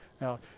Now